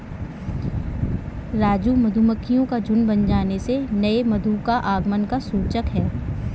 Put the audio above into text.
राजू मधुमक्खियों का झुंड बन जाने से नए मधु का आगमन का सूचक है